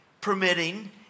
permitting